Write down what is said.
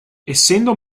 essendo